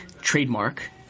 Trademark